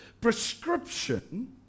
prescription